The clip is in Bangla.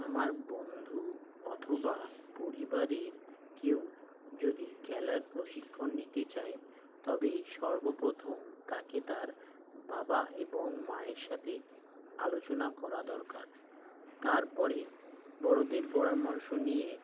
আমার বন্ধু অথবা পরিবারের কেউ যদি খেলার প্রশিক্ষণ নিতে চায় তবে সর্বপ্রথম তাকে তার বাবা এবং মায়ের সাথে আলোচনা করা দরকার তারপরে বড়দের পরামর্শ নিয়ে